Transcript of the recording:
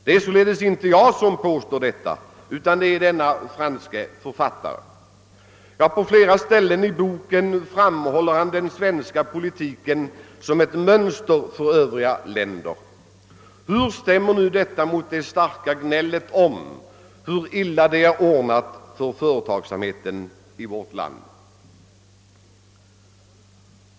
Det är således inte jag som påstår detta, utan det är den franske författaren. På flera ställen i boken framhåller han den svenska politiken som ett mönster för övriga länder. Hur stämmer detta med det starka gnället om hur illa det är ordnat för företagsamheten i vårt land?